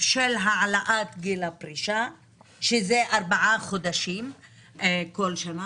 של העלאת גיל הפרישה שזה ארבעה חודשים כל שנה.